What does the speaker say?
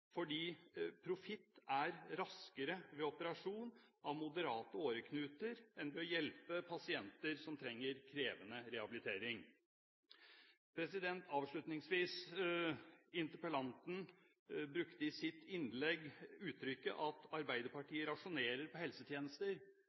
fordi profitt er raskere ved operasjon av moderate åreknuter enn ved å hjelpe pasienter som trenger krevende rehabilitering. Avslutningsvis: Interpellanten sa i sitt innlegg at Arbeiderpartiet rasjonerer på helsetjenester.